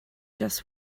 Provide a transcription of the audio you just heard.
just